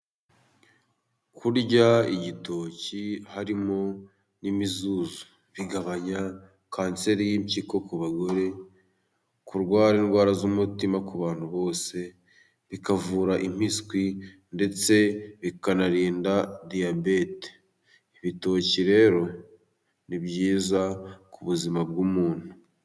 Kurya igitoki harimo n'imizuzu bigabanya kanseri y'impyiko ku bagore kurwara indwara z'umutima ku bantu bose bikavura impiswi ndetse bikanarinda diyabete, ibitoki rero ni byiza ku buzima bw'umuntu.